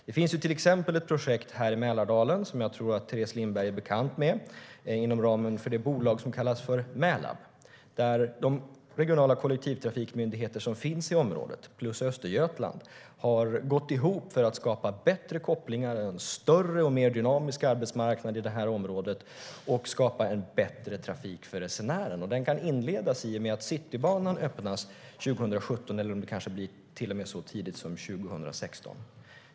Det finns till exempel ett projekt här i Mälardalen som jag tror att Teres Lindberg är bekant med, inom ramen för det bolag som kallas Mälab, där de regionala kollektivtrafikmyndigheter som finns i området, plus Östergötland, har gått ihop för att skapa bättre kopplingar, en större och mer dynamisk arbetsmarknad i området och bättre trafik för resenären. Den kan inledas i och med att Citybanan öppnas 2017 eller kanske så tidigt som 2016.